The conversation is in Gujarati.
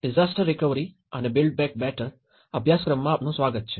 disaster recovery and build back better અભ્યાસક્રમમાં આપનું સ્વાગત છે